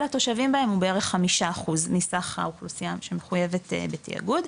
התושבים בהם הוא בערך 5% מסך האוכלוסייה שמחויבת בתאגוד.